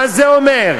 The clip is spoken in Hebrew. מה זה אומר?